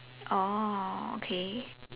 oh okay